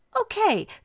Okay